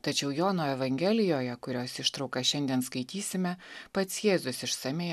tačiau jono evangelijoje kurios ištraukas šiandien skaitysime pats jėzus išsamiai